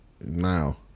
now